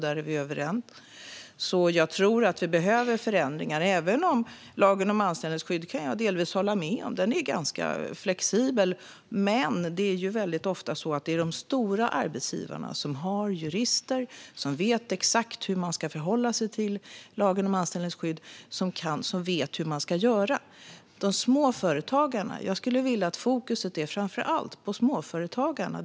Där är vi överens. Jag tror att vi behöver förändringar, även om jag delvis kan hålla med om att lagen om anställningsskydd är ganska flexibel. Det är väldigt ofta så att det är de stora arbetsgivarna som har jurister och vet exakt hur de ska förhålla sig till lagen om anställningsskydd som vet hur man ska göra. Jag skulle vilja att fokus är framför allt på småföretagarna.